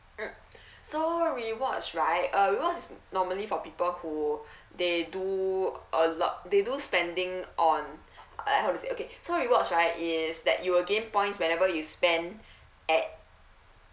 mm so rewards right uh reward is normally for people who they do a lot they do spending on uh how to say okay so rewards right is that you will gain points whenever you spend at